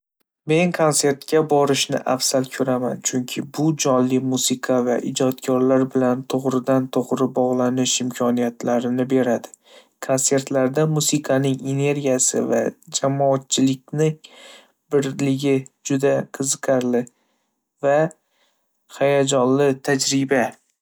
Men konsertga borishni afzal ko'raman, chunki bu jonli musiqa va ijodkorlar bilan to'g'ridan-to'g'ri bog'lanish imkoniyatini beradi. Konsertlarda musiqaning energiyasi va jamoatchilikning birligi juda qiziqarli va hayajonli tajriba.